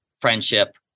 friendship